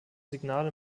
signale